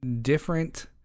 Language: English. different